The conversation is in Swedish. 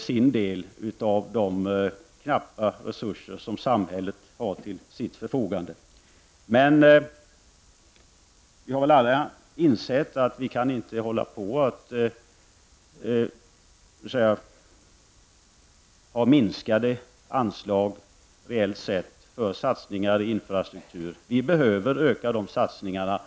sin del av de knappa resurser som samhället har till sitt förfogande. Men vi har väl alla insett att vi inte kan fortsätta med de minskade anslagen, reellt sett, för satsningar i infrastruktur. Vi behöver öka de satsningarna.